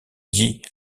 dit